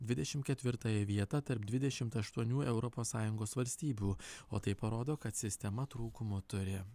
dvidešim ketvirtąją vietą tarp dvidešimt aštuonių europos sąjungos valstybių o tai parodo kad sistema trūkumų turi